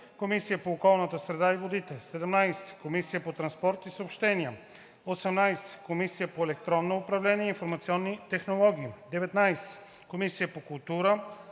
Комисия по околната среда и водите; 17. Комисия по транспорт и съобщения; 18. Комисия по електронно управление и информационни технологии; 19. Комисия по културата